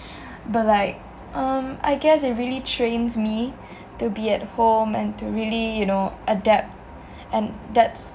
but like um I guess it really trains me to be at home and to really you know adapt and that's